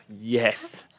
yes